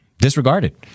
disregarded